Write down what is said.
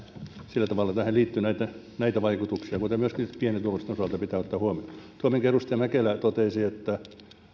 sillä tavalla tähän liittyy näitä näitä vaikutuksia jotka myöskin pienituloisten osalta pitää ottaa huomioon tuo minkä edustaja mäkelä totesi että kiinteistöveroa